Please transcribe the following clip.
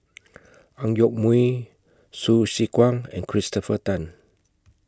Ang Yoke Mooi Hsu Tse Kwang and Christopher Tan